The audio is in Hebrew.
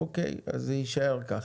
אוקיי, אז זה יישאר ככה.